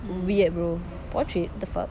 weird bro portrait the fuck